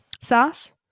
Sauce